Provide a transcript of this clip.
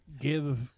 give